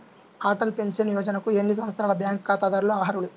Atal pension యోజనకు ఎన్ని సంవత్సరాల బ్యాంక్ ఖాతాదారులు అర్హులు?